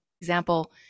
example